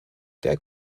der